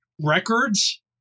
records